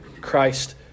Christ